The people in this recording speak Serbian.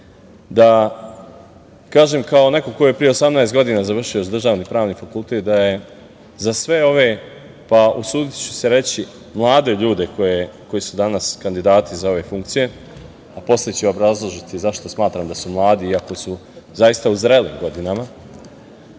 da kažem kao neko ko je pre 18 godina završio državni Pravni fakultet da je za sve ove, pa usudiću se, reći mlade ljude koji su danas kandidati za ove funkcije, a posle ću vam obrazložiti zašto smatram da su mladi iako su zaista u zrelim godinama,